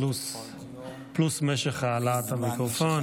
פלוס משך העלאת המיקרופון.